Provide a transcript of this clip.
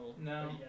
No